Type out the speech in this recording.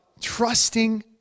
trusting